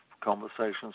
conversations